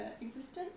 existence